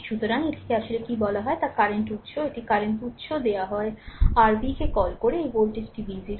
সুতরাং r এটিকে আসলে কী বলা হয় তা কারেন্ট উত্স একটি কারেন্ট উত্স দেওয়া হয় যা r v কে কল করে এই ভোল্টেজটি v0